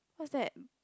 what's that